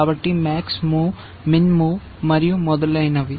కాబట్టి max move min move మరియు మొదలైనవి